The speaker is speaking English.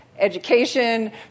education